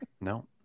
no